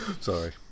Sorry